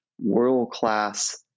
world-class